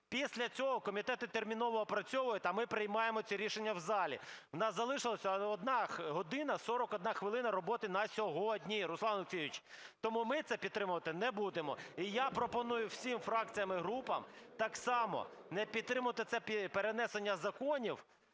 Після цього комітети терміново опрацьовують, а ми приймаємо це рішення в залі. У нас залишилась 1 година 41 хвилина роботи на сьогодні, Руслан Олексійович, тому ми це підтримувати не будемо. І я пропоную всім фракціям і групам так само не підтримувати це перенесення законів,